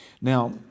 Now